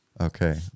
Okay